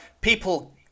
people